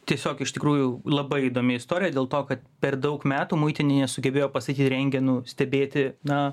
tiesiog iš tikrųjų labai įdomi istorija dėl to kad per daug metų muitinė nesugebėjo pastatyt rentgenų stebėti na